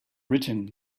written